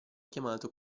chiamato